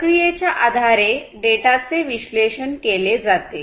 प्रक्रिये च्या आधारे डेटाचे विश्लेषण केले जाते